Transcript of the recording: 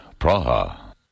Praha